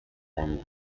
año